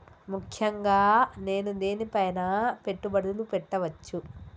ముఖ్యంగా నేను దేని పైనా పెట్టుబడులు పెట్టవచ్చు?